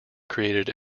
created